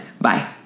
bye